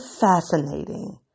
Fascinating